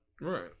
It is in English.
Right